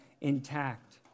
intact